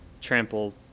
trample